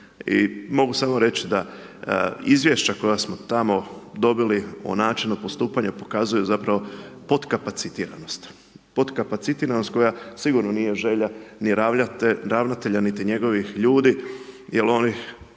mogu samo reći da izvješća koja smo tamo dobili o načinu postupanju, pokazuj zapravo potkapacitiranosti, potkapacitiranosti. Potkapacitiranosti koja sigurno nije želja ni ravnatelja niti njegovih ljudi, jer oni